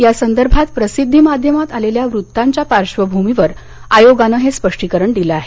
या संदर्भात प्रसिद्धी माध्यमात आलेल्या वृत्ताच्या पार्श्वभूमीवर आयोगानं हे स्पष्टीकरण दिलं आहे